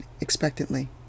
expectantly